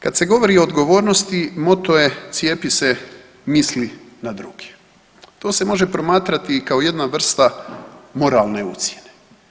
Kad se govori o odgovornosti moto je „Cijepi se misli na druge“, to se može promatrati kao jedna vrsta moralne ucjene.